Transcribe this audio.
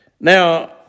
Now